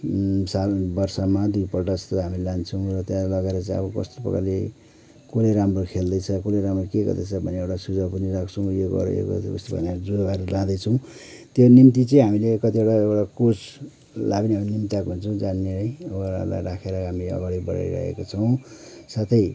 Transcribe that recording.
साल वर्षमा दुईपल्ट जस्तो हामीले लान्छौँ र त्यहाँ लगेर चाहिँ अब कस्तो प्रकारले कसले राम्रो खेल्दैछ कसले राम्रो के गर्दैछ भनेर एउटा सुझाव पनि राख्छु यो गर यो गर उस्तो गर भनेर यहाँ जोगाएर लादैछौँ त्यो निम्ति चाहिँ हामीले कतिवटा कोचलाई पनि हामीले निम्त्याएको छौँ जान्ने है एउटालाई राखेर हामीले अगाडि बढाइरहेका छौँ साथै